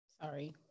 Sorry